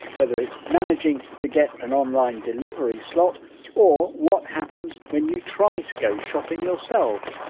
whether it's managing to get an online delivery slot or what happens when you try to go shopping yourselves,